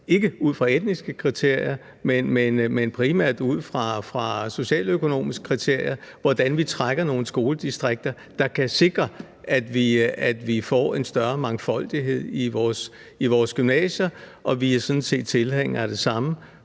ikke ud fra etniske kriterier, men primært ud fra socialøkonomiske kriterier – så vi trækker nogle skoledistrikter, der kan sikre, at vi får en større mangfoldighed i vores gymnasier. Vi er sådan set tilhængere af det samme